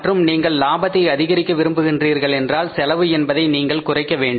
மற்றும் நீங்கள் லாபத்தை அதிகரிக்க விரும்புகிறீர்கள் என்றால் செலவு என்பதை நீங்கள் குறைக்க வேண்டும்